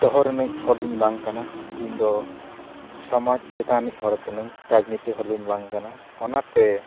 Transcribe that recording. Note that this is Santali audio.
ᱫᱚᱦᱚ ᱨᱤᱱᱤᱡ ᱦᱚᱲᱫᱚᱧ ᱵᱟᱝ ᱠᱟᱱᱟ ᱤᱧᱫᱚ ᱥᱚᱢᱟᱡᱽ ᱪᱮᱛᱟᱱ ᱨᱮᱱᱤᱡ ᱦᱚᱲ ᱠᱟᱹᱱᱟᱹᱧ ᱨᱟᱡᱽᱱᱤᱛᱤ ᱦᱚᱲᱫᱩᱧ ᱵᱟᱝ ᱠᱟᱱᱟ ᱚᱱᱟᱛᱮ